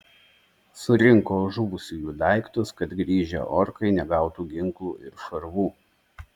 surinko žuvusiųjų daiktus kad grįžę orkai negautų ginklų ir šarvų